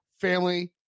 family